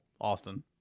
Austin